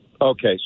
okay